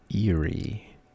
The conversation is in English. eerie